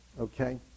okay